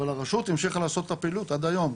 אבל הרשות המשיכו לעשות את הפעילות עד היום.